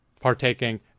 partaking